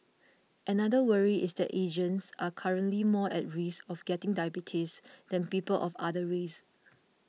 another worry is that Asians are currently more at risk of getting diabetes than people of other races